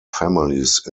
families